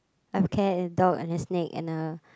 I have care in dog and a snake and a